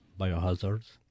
biohazards